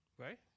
right